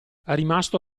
rimasto